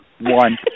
one